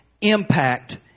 impact